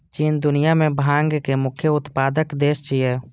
चीन दुनिया मे भांग के मुख्य उत्पादक देश छियै